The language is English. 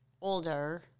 older